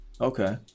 Okay